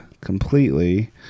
completely